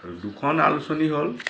দুখন আলোচনী হ'ল